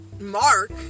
Mark